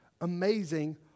amazing